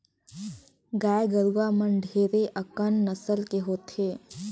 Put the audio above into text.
गाय गरुवा मन ढेरे अकन नसल के होथे